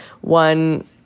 one